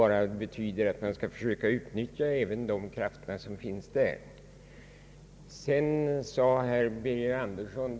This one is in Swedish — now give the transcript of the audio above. Det betyder bara att vi bör försöka att på ett bättre sätt utnyttja de krafter som finns inom de ideella organisationerna.